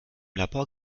labor